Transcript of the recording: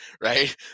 right